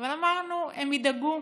אבל אמרנו: הם ידאגו,